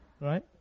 Right